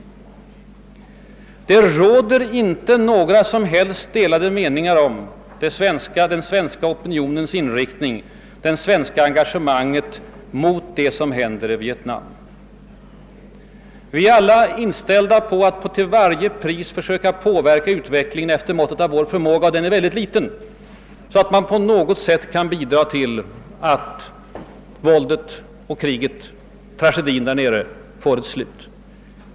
Det råder inte några som helst delade meningar om den svenska opinionens inriktning, det svenska engagemanget mot det som händer i Vietnam. Vi är alla inställda på att till varje pris försöka påverka utvecklingen efter måttet av vår förmåga — och den är väldigt liten — så att man på något sätt kan bidra till att våldet och kriget, tragedin där nere tar ett slut.